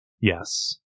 Yes